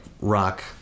rock